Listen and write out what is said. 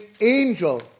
angel